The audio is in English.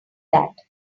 that